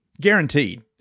guaranteed